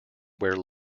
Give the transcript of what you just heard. where